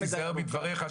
תיזהר בדבריך,